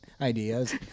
ideas